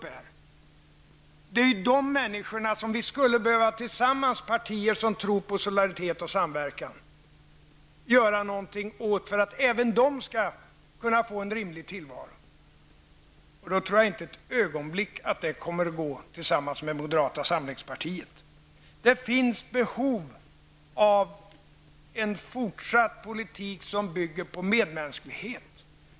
För dessa människor borde de partier som tror på solidaritet och samverkan tillsammans göra någonting för att skapa en rimlig tillvaro. Jag tror inte ett ögonblick att det kommer att lyckas tillsammans med moderaterna. Det finns behov av en fortsatt politik som bygger på medmänsklighet.